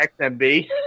XMB